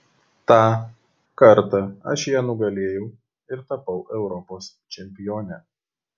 tą kartą aš ją nugalėjau ir tapau europos čempione